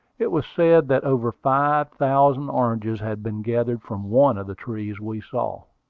it was said that over five thousand oranges had been gathered from one of the trees we saw.